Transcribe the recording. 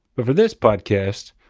but for this podcast,